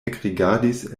ekrigardis